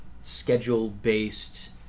schedule-based